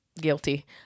guilty